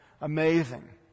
Amazing